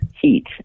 heat